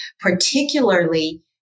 particularly